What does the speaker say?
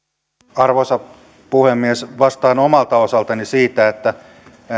arvoisa puhemies vastaan omalta osaltani siitä että